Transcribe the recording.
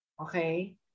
Okay